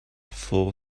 four